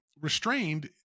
restrained